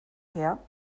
her